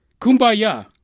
kumbaya